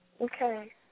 Okay